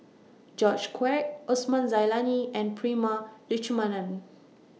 George Quek Osman Zailani and Prema Letchumanan